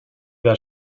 that